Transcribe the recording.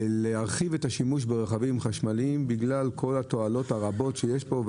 להרחיב את השימוש ברכבים חשמליים בגלל כל התועלות הרבות שיש פה.